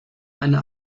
eine